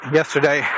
yesterday